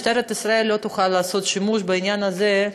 משטרת ישראל לא תוכל לעשות שימוש בעניין הזה,